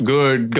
Good